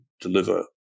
deliver